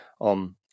on